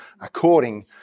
according